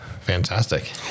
fantastic